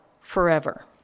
forever